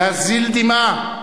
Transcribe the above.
להזיל דמעה,